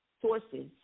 sources